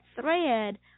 thread